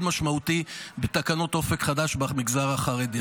משמעותי בתקנות אופק חדש במגזר החרדי.